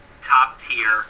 top-tier